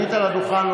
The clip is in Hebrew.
עלית לדוכן,